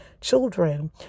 children